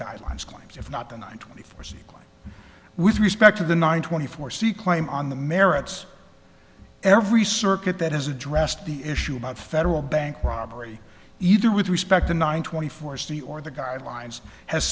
guidelines claims if not tonight twenty four c with respect to the nine twenty four c claim on the merits every circuit that has addressed the issue about federal bank robbery either with respect to nine twenty four city or the guidelines has